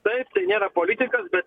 taip tai nėra politikas bet